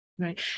Right